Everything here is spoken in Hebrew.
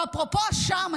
ואפרופו אשם,